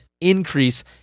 increase